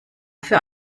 für